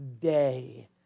day